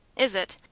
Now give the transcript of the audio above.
is it?